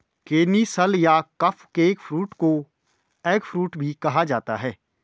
canistel या cupcake fruit को eggfruit भी कहा जाता है